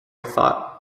thought